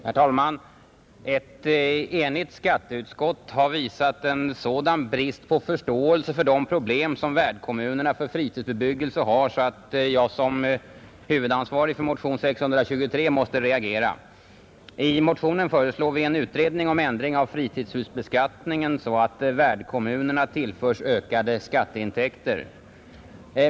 Herr talman! Ett enigt skatteutskott har visat en sådan brist på förståelse för de problem som värdkommunerna för fritidsbebyggelse har att jag som huvudansvarig för motion 623 måste reagera. I motionen förslår vi en utredning om ändring av fritidshusbeskattningen så att värdkommunerna tillförs ökade skatteintäkter.